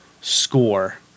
score